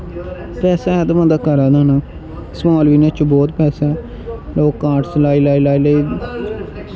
पैसा ऐ ते बंदा करै ते समाल बिजनस च बौह्त पैसा ऐ लोग कार्डस लाई लाई लाई